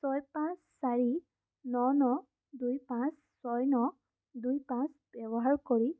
ছয় পাঁচ চাৰি ন ন দুই পাঁচ ছয় ন দুই পাঁচ ব্যৱহাৰ কৰি